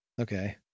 okay